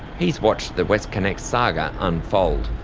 he's watched the westconnex saga unfold.